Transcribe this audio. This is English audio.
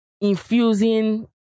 infusing